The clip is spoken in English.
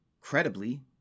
credibly